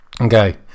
Okay